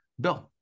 Bill